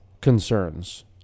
concerns